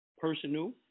personal